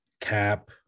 cap